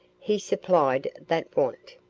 he supplied that want.